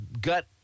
gut